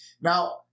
Now